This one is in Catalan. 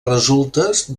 resultes